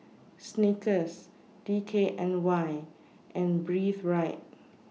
Snickers D K N Y and Breathe Right